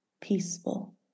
peaceful